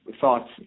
thoughts